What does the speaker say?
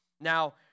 Now